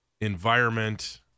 environment